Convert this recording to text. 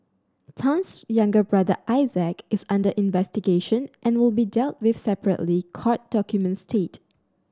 Tan's younger brother Isaac is under investigation and will be dealt with separately court documents state